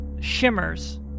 shimmers